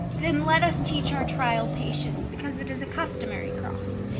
then let us teach our trial patience, because it is a customary cross,